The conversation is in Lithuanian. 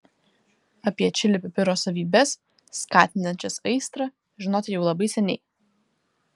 apie čili pipiro savybes skatinančias aistrą žinota jau labai seniai